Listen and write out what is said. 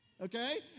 Okay